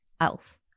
else